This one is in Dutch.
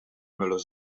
mulle